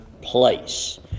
place